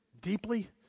deeply